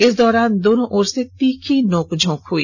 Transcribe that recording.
इस दौरान दोनों ओर से तीखी नोकझोंक हई